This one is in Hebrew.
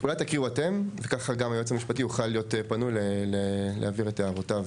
אולי תקריאו אתם וכך גם היועץ המשפטי יוכל להיות פנוי להעביר את הערותיו